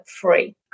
free